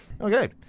Okay